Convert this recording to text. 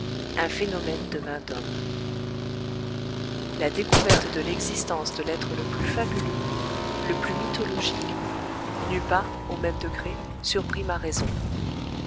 un phénomène de main d'homme la découverte de l'existence de l'être le plus fabuleux le plus mythologique n'eût pas au même degré surpris ma raison